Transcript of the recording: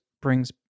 brings